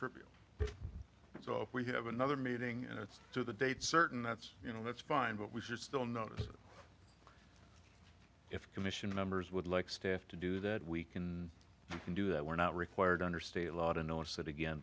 trivial so we have another meeting and it's to the date certain that's you know that's fine but we should still notice if commission members would like staff to do that we can do that we're not required under state law to notice it again